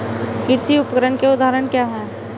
कृषि उपकरण के उदाहरण क्या हैं?